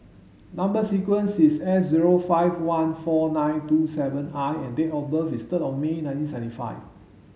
number sequence is S zero five one four nine two seven I and date of birth is third of May nineteen seventy five